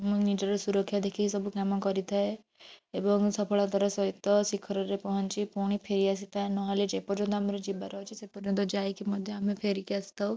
ମୁଁ ନିଜର ସୁରକ୍ଷା ଦେଖିକି ସବୁ କାମ କରିଥାଏ ଏବଂ ମୁଁ ସଫଳତାର ସହିତ ଶିଖରରେ ପହଁଞ୍ଚି ପୁଣି ଫେରି ଆସିଥାଏ ନହେଲେ ଯେପର୍ଯ୍ୟନ୍ତ ଆମର ଯିବାର ଅଛି ସେ ପର୍ଯ୍ୟନ୍ତ ଯାଇକି ମଧ୍ୟ ଆମେ ଫେରିକି ଆସିଥାଉ